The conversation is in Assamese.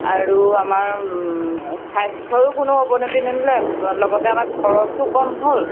আৰু আমাৰ স্বাস্থ্য়ৰো কোনো অৱনতি নহ'লে লগতে আমাৰ খৰছো কম হ'ল